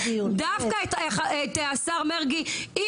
דווקא את השר מרגי אי אפשר.